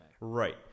Right